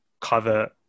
cover